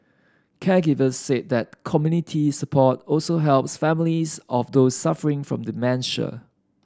caregivers said that community support also helps families of those suffering from dementia